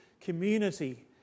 community